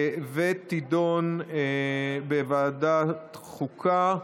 ותידון בוועדת החוקה.